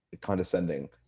condescending